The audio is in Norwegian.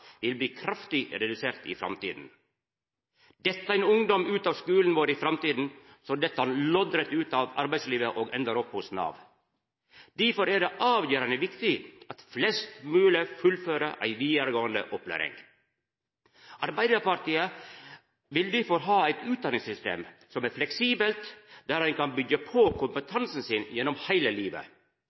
vil bli kraftig redusert i framtida. Dett ein ungdom ut av skulen i framtida, dett han loddrett ut av arbeidslivet og endar opp hos Nav. Difor er det avgjerande viktig at flest mogleg fullfører ei vidaregåande opplæring. Arbeidarpartiet vil difor ha eit utdanningssystem som er fleksibelt, der ein kan byggja på kompetansen gjennom heile livet.